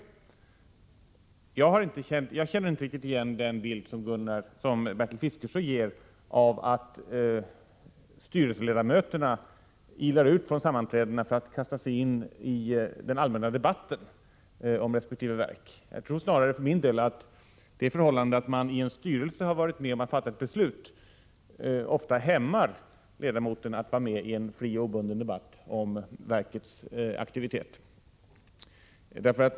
Jag känner inte riktigt igen den bild som Bertil Fiskesjö ger, att styrelseledamöterna ilar ut från sammanträdena för att kasta sig in i den allmänna debatten om resp. verk. Jag tror för min del snarare att det förhållandet att man i en styrelse har varit med om att fatta ett beslut ofta hämmar ledamoten när det gäller att delta i en fri och obunden debatt om verkets aktivitet.